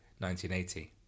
1980